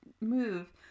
move